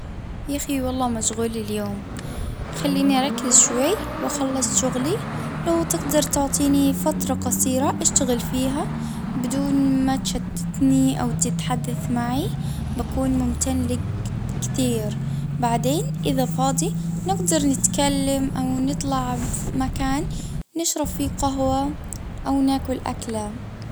يا اخي والله مشغول اليوم خليني أركز شوي وأخلص شغلي لو تقدر تعطيني فترة قصيرة أشتغل فيها بدون ما تشتتني او تتحدث معي بكون ممتن لك كتير بعدين اذا فاضي نقدر نتكلم او نطلع في مكان نشرب فيه قهوة او ناكل اكلة